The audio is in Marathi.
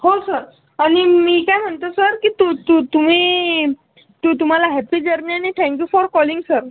हो सर आणि मी काय म्हणतो सर की तू तू तुम्ही तू तुम्हाला हॅप्पी जर्नी आणि थॅंक्यू फॉर कॉलिंग सर